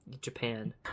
Japan